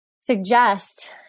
suggest